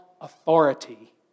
Authority